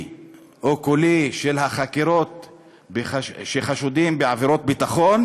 או קולי של החקירות של חשודים בעבירות ביטחון,